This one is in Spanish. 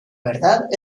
verdad